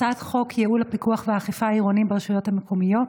הצעת חוק לייעול הפיקוח והאכיפה העירוניים ברשויות המקומיות